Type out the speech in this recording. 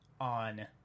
on